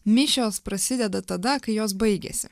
mišios prasideda tada kai jos baigiasi